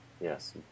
Yes